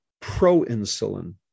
pro-insulin